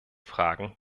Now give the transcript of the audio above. fragen